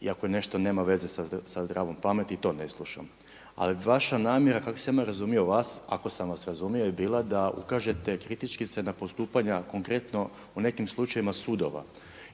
i ako nešto nema veze sa zdravom pameti i to ne slušam, ali vaša namjera kako sam ja razumio vas, ako sam vas razumio, je bila da ukažete kritički na postupanja konkretno u nekim slučajevima sudova.